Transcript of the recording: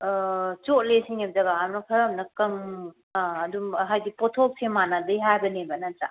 ꯆꯣꯠꯂꯦ ꯁꯤꯅꯦꯕ ꯖꯒꯥ ꯑꯃꯅ ꯈꯔ ꯑꯃꯅ ꯀꯪ ꯑꯗꯨꯝ ꯍꯥꯏꯗꯤ ꯄꯣꯠꯊꯣꯛꯁꯦ ꯃꯥꯟꯅꯗꯦ ꯍꯥꯏꯕꯅꯦꯕ ꯅꯠꯇ꯭ꯔ